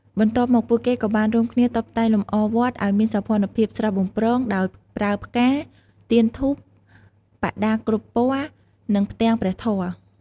បន្ទាប់មក ពួកគេក៏បានរួមគ្នាតុបតែងលម្អវត្តឱ្យមានសោភ័ណភាពស្រស់បំព្រង ដោយប្រើផ្កា ទៀនធូប បដាគ្រប់ពណ៌ និងផ្ទាំងព្រះធម៌។